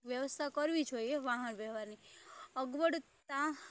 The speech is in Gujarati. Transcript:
વ્યવસ્થા કરવી જોઈએ વાહન વ્યવહારની અગવડ